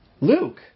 Luke